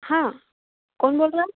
हाँ कौन बोल रहा है